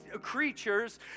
creatures